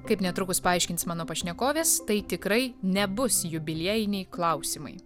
kaip netrukus paaiškins mano pašnekovės tai tikrai nebus jubiliejiniai klausimai